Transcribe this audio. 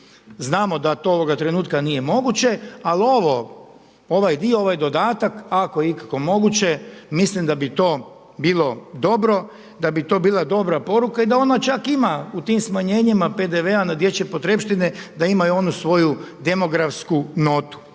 Znamo da ovoga trenutka to nije moguće, ali ovaj dio ovaj dodatak ako je ikako moguće mislim da bi to bilo dobro, da bi to bila dobra poruka i da ona čak ima u tim smanjenjima PDV-a na dječje potrepštine da imaju onu svoju demografsku notu